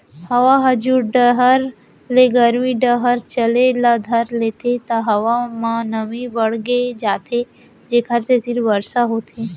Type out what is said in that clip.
हवा ह जुड़ डहर ले गरमी डहर चले ल धर लेथे त हवा म नमी बाड़गे जाथे जेकर सेती बरसा होथे